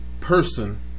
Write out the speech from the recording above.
person